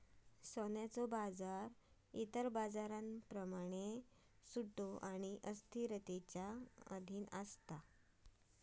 सोन्याचो बाजार इतर बाजारांप्रमाण सट्टो आणि अस्थिरतेच्या अधीन असा